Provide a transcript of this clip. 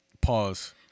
pause